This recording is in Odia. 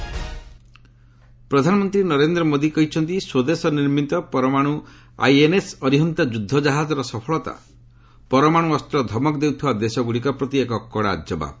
ପିଏମ୍ ଆଇଏନ୍ଏସ୍ ଅରିହନ୍ତ ପ୍ରଧାନମନ୍ତ୍ରୀ ନରେନ୍ଦ୍ର ମୋଦି କହିଛନ୍ତି ସ୍ୱଦେଶ ନିର୍ମିତ ପରମାଣୁ ଆଇଏନ୍ଏସ୍ ଅରିହନ୍ତ ଯ୍ରଦ୍ଧ ଜାହାଜର ସଫଳତା ପରମାଣ୍ଡ ଅସ୍ତ୍ର ଧମକ ଦେଉଥିବା ଦେଶଗୁଡ଼ିକ ପ୍ରତି ଏକ କଡ଼ା ଜବାବ୍